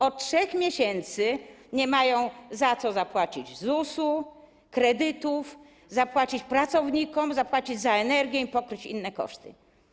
Od 3 miesięcy nie mają z czego zapłacić ZUS-u, kredytów, zapłacić pracownikom, zapłacić za energię i pokryć innych kosztów.